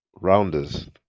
rounders